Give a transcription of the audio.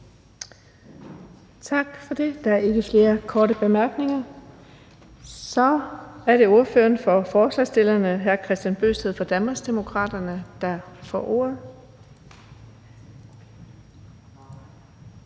Tak for det. Der er ikke flere korte bemærkninger. Så er det ordføreren for forslagsstillerne, hr. Kristian Bøgsted fra Danmarksdemokraterne, der får ordet.